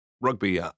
Rugby